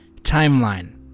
timeline